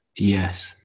yes